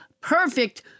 perfect